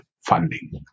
funding